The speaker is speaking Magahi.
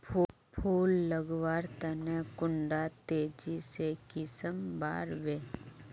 फुल लगवार तने कुंडा तेजी से कुंसम बार वे?